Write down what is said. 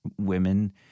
women